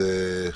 חלילה.